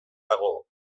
dago